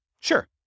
Sure